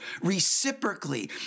reciprocally